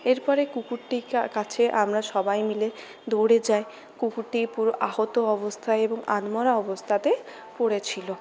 এরপরে কুকুরটির কাছে আমরা সবাই মিলে দৌড়ে যাই কুকুরটি পুরো আহত অবস্থায় এবং আধমরা অবস্থাতে পড়েছিলো